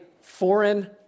foreign